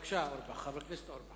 בבקשה, חבר הכנסת אורי